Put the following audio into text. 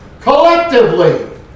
collectively